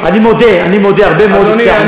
אני מודה, אני מודה, הרבה מאוד הצלחנו.